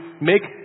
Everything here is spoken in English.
make